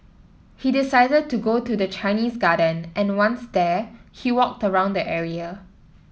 he decided to go to the Chinese Garden and once there he walked around the area